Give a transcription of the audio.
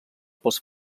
pels